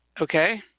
Okay